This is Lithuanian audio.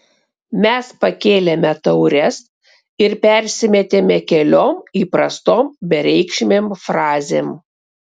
mes pakėlėme taures ir persimetėme keliom įprastom bereikšmėm frazėm